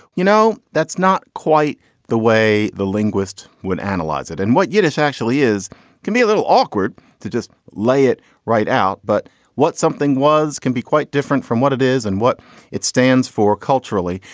you know, that's not quite the way the linguist would analyze it. and what yiddish actually is can be a little awkward to just lay it right out. but what something was can be quite different from what it is and what it stands for culturally.